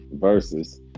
versus